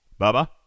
Bubba